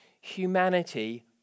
Humanity